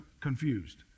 confused